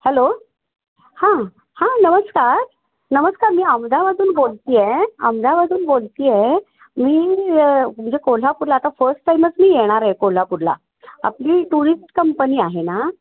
hello हां हां नमस्कार नमस्कार मी बोलते आहे बोलते आहे मी म्हणजे कोल्हापूरला आता फस्ट टाईमच मी येणार आहे कोल्हापूरला आपली टुरिस्ट कंपनी आहे ना